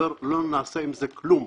אוקטובר לא נעשה עם זה כלום.